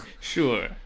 sure